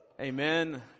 Amen